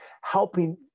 helping